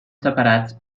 separats